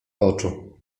oczu